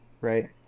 right